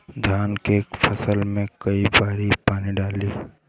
धान के फसल मे कई बारी पानी डाली?